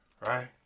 Right